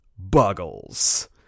Buggles